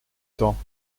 temps